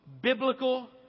biblical